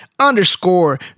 underscore